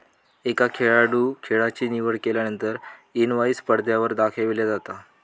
एका खेळाडूं खेळाची निवड केल्यानंतर एक इनवाईस पडद्यावर दाखविला जाता